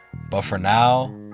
but for now,